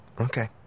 Okay